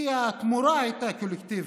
כי התמורה הייתה קולקטיבית.